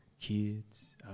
kids